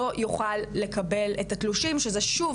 לא יוכל לקבל את התלושים שזה שוב,